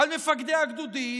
על מפקדי הגדודים,